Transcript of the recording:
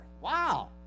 Wow